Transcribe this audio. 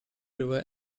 river